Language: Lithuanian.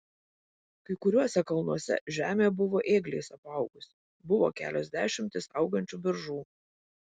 kai kuriuose kalnuose žemė buvo ėgliais apaugusi buvo kelios dešimtys augančių beržų